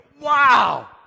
wow